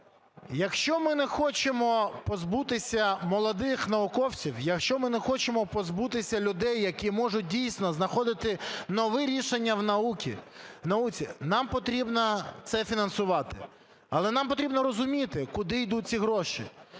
Якщо ми не хочемо позбутися молодих науковців, якщо ми не хочемо позбутися людей, які можуть дійсно знаходити нові рішення в науці, нам потрібно це фінансувати. Але нам потрібно розуміти, куди йдуть ці гроші.